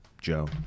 Joe